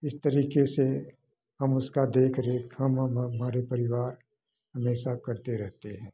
इस तरीके से हम उसका देख रेख हम हम हमारे परिवार हमेशा करते रहते हैं